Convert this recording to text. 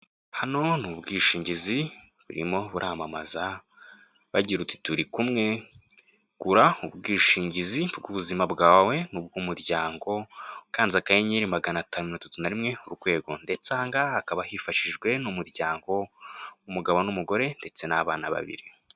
Hano ni ubwishingizi burimo buramamaza bagira uti turi kumwe gura ubwishingizi bw'ubuzima bwawe n'ubwumuryango ukanze akanyenyeri magana atanu mirongo itatu na rimwe urwego ndetse ahangaha hakaba hifashishijwe n'umuryango umugabo n'umugore ndetse n'abana babiri.